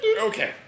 Okay